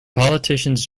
politicians